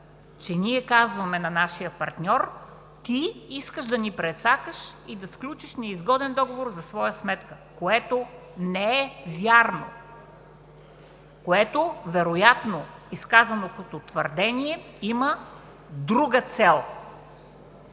че ние казваме на нашия партньор: „Ти искаш да ни прецакаш и да сключиш неизгоден договор за своя сметка“, което не е вярно, което, вероятно изказано като твърдение, има друга цел,